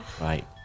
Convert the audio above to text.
Right